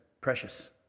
precious